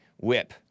whip